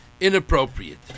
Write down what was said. inappropriate